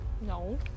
No